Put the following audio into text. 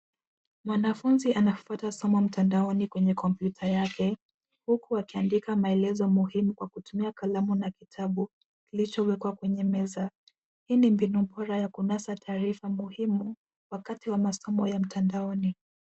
Mwanafunzi anafuata somo mtandaoni kwenye kompyuta yake huku akiandika maelezo muhimu kwa kutumia kalamu na kitabu kilichowekwa kwenye meza. Hii ni mbinu bora ya kunasa taarifa muhimu wakati wa masomo ya mtandaoni.